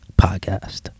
Podcast